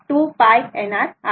तर हे B2 आहे